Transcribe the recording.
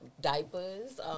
diapers